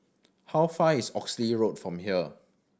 how far is Oxley Road from here